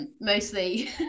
mostly